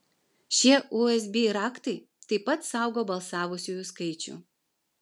šie usb raktai taip pat saugo balsavusiųjų skaičių